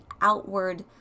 outward